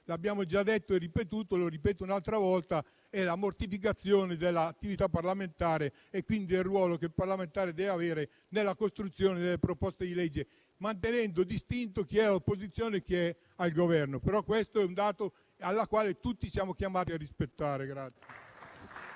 lo abbiamo già detto e ripetuto e lo ripeto un'altra volta - si arriverà alla mortificazione dell'attività parlamentare e quindi del ruolo che il parlamentare deve avere nella costruzione delle proposte di legge, mantenendo distinto chi è all'opposizione e chi è al Governo. Questo, però, è un dato che tutti siamo chiamati a rispettare.